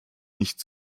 nicht